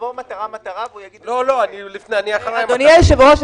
אדוני היושב-ראש,